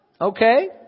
Okay